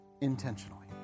intentionally